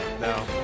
No